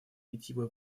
питьевой